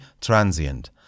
transient